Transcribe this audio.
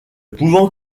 pouvant